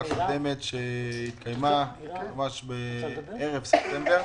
הקודמת שהתקיימה ממש בתחילת ספטמבר.